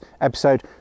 episode